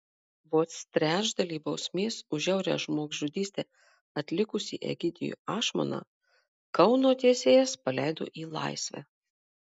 vos trečdalį bausmės už žiaurią žmogžudystę atlikusį egidijų ašmoną kauno teisėjas paleido į laisvę